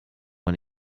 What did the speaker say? man